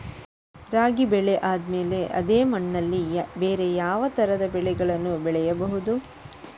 ರಾಗಿ ಬೆಳೆ ಆದ್ಮೇಲೆ ಅದೇ ಮಣ್ಣಲ್ಲಿ ಬೇರೆ ಯಾವ ತರದ ಬೆಳೆಗಳನ್ನು ಬೆಳೆಯಬಹುದು?